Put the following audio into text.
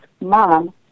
Mom